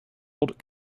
old